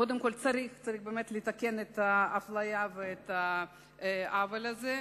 קודם כול צריך לתקן את האפליה ואת העוול הזה.